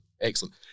Excellent